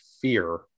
fear